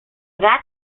that